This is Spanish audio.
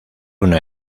una